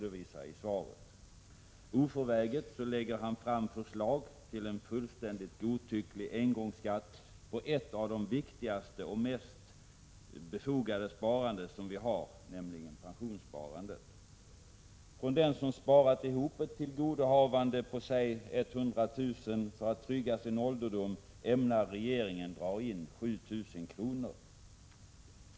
Oförväget lägger han fram förslag till en fullständigt godtycklig engångsskatt på en av de viktigaste och mest befogade sparformer vi har, nämligen pensionssparandet. Från den som sparat ihop ett tillgodohavande på säg 100 000 kr. för att trygga sin ålderdom ämnar regeringen dra in 7 000 kr.